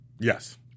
Yes